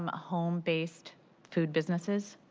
um home-based food businesses.